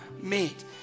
meet